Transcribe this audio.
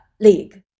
league